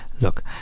Look